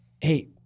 hey